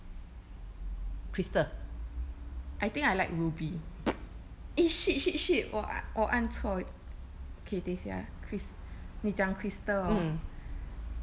I think I like ruby eh shit shit shit 我按我按错了 okay 等一下啊 crys~ 你讲 crystal hor